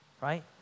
Right